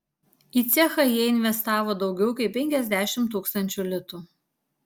į cechą jie investavo daugiau kaip penkiasdešimt tūkstančių litų